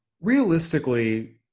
Realistically